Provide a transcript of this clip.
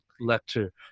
lecture